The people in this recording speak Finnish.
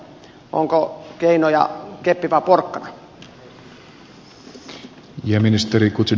onko keinona keppi vai porkkana